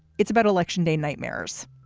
it's about election day nightmares.